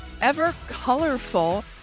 ever-colorful